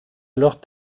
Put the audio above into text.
alors